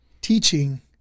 teaching